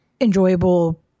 enjoyable